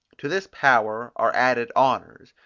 to this power are added honours,